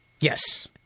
Yes